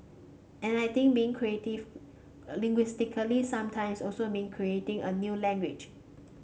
and I think being creative linguistically sometimes also mean creating a new language